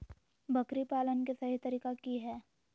बकरी पालन के सही तरीका की हय?